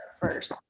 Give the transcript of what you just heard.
first